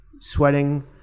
sweating